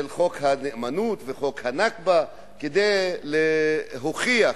חוק הנאמנות וחוק הנכבה, כדי להוכיח